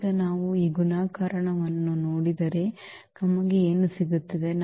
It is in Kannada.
ಈಗ ನಾವು ಈ ಗುಣಾಕಾರವನ್ನು ನೋಡಿದರೆ ನಮಗೆ ಏನು ಸಿಗುತ್ತಿದೆ